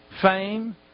fame